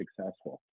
successful